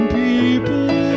people